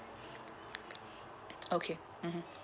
okay mmhmm